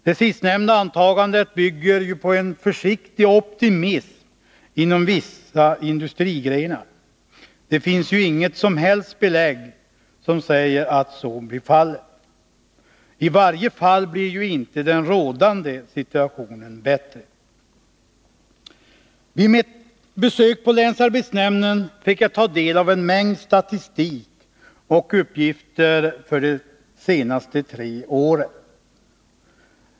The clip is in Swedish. Det sistnämnda antagandet bygger på en försiktig optimism inom vissa industrigrenar, men det finns inget som helst belägg för att så blir fallet. I varje fall blir ju inte den rådande situationen bättre. Vid mitt besök på länsarbetsnämnden fick jag ta del av en mängd statistik och uppgifter för de senaste tre åren.